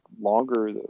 longer